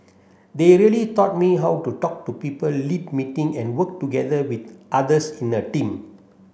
they really taught me how to talk to people lead meeting and work together with others in a team